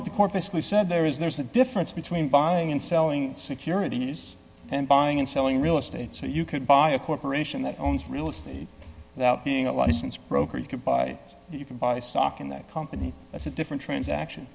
basically said there is there's a difference between buying and selling securities and buying and selling real estate so you could buy a corporation that owns real estate that being a license broker you could buy you can buy stock in that company that's a different transaction